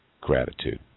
gratitude